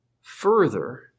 further